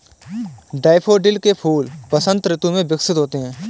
daffodil के फूल वसंत ऋतु में विकसित होते हैं